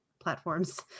platforms